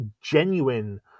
Genuine